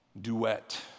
duet